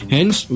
Hence